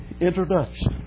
introduction